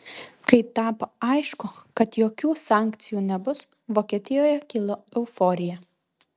kai tapo aišku kad jokių sankcijų nebus vokietijoje kilo euforija